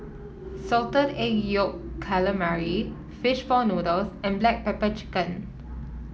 Salted Egg Yolk Calamari fish ball noodles and Black Pepper Chicken